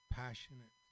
passionate